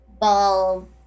ball